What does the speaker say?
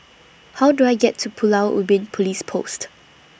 How Do I get to Pulau Ubin Police Post